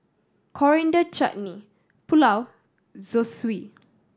Coriander Chutney Pulao Zosui